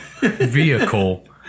vehicle